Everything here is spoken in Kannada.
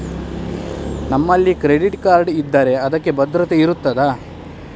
ನಮ್ಮಲ್ಲಿ ಕ್ರೆಡಿಟ್ ಕಾರ್ಡ್ ಇದ್ದರೆ ಅದಕ್ಕೆ ಭದ್ರತೆ ಇರುತ್ತದಾ?